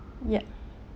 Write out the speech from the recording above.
yup